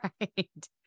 right